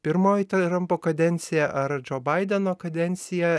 pirmoji trampo kadencija ar džo baideno kadencija